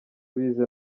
bize